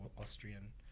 Austrian